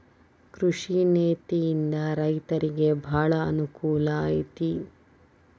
ಕೃಷಿ ನೇತಿಯಿಂದ ರೈತರಿಗೆ ಬಾಳ ಅನಕೂಲ ಐತಿ